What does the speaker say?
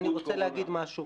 אני רוצה להגיד משהו.